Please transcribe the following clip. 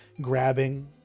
grabbing